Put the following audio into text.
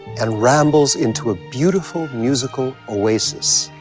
and rambles into a beautiful musical oasis.